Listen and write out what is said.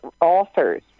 authors